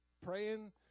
praying